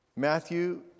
Matthew